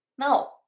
No